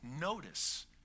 notice